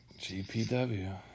GPW